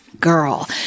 Girl